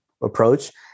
approach